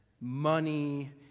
money